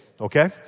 Okay